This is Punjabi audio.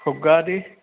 ਧੁੱਗਾ ਦੀ